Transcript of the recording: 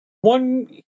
One